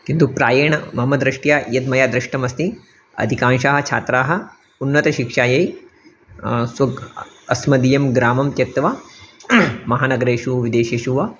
किन्तु प्रायेण मम दृष्ट्या यद् मया दृष्टमस्ति अधिकांशाः छात्राः उन्नतशिक्षायै स्व अस्मदीयं ग्रामं त्यक्त्वा महानगरेषु विदेशेषु वा